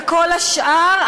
וכל השאר,